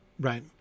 right